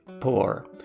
poor